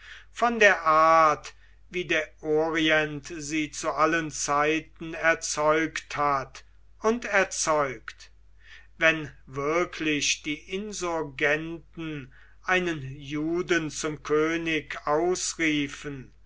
von der art wie der orient sie zu allen zeiten erzeugt hat und erzeugt wenn wirklich die insurgenten einen juden zum könig ausriefen